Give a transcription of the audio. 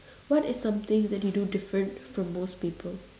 what is something that you do different from most people